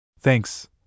Thanks